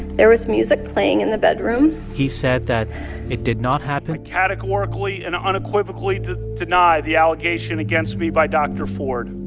there was music playing in the bedroom he said that it did not happen i categorically and unequivocally deny the allegation against me by dr. ford.